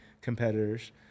competitors